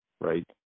right